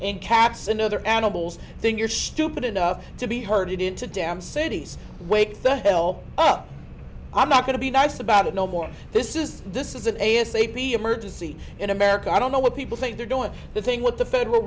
and cats and other animals then you're stupid enough to be herded into down cities wake the hell up i'm not going to be nice about it no more this is this is an a s a p emergency in america i don't know what people think they're doing the thing with the federal